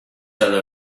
other